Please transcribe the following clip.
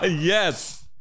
Yes